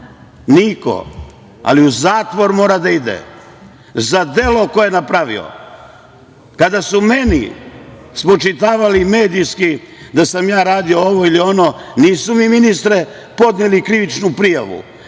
Niko. Ali, u zatvor mora da ide za delo koje je napravio. Kada su meni spočitavali medijski da sam radio ovo ili ono, nisu mi podneli krivičnu prijavu,